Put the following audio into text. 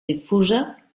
difusa